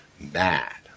bad